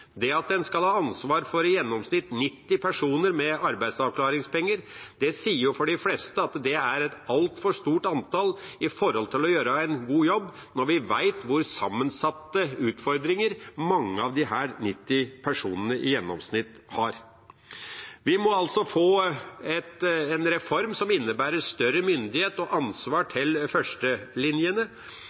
Det at en skal ha ansvar for i gjennomsnitt 90 personer med arbeidsavklaringspenger, sier seg for de fleste at er et altfor stort antall til å gjøre en god jobb, når en vet hvor sammensatte utfordringer mange av disse 90 personene i gjennomsnitt har. Vi må altså få en reform som innebærer større myndighet og ansvar hos førstelinjene.